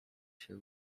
się